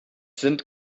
sind